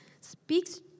speaks